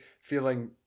feeling